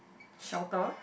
shelter